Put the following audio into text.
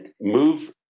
move